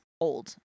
old